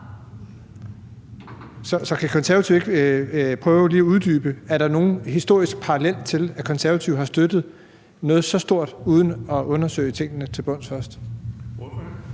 Så kan Konservative ikke lige prøve at uddybe, om der er nogen historisk parallel til, at Konservative har støttet noget så stort uden at undersøge tingene til bunds først?